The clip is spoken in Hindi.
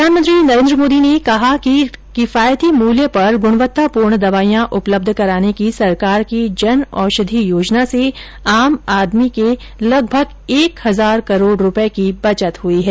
प्रधानमंत्री नरेंद्र मोदी ने कहा कि किफायती मूल्य पर ग्णवत्तापूर्ण दवाईयां उपलब्ध कराने की सरकार की जनऔषधि योजना से आम आदमी के लगभग एक हजार करोड रूपये की बचत हुई है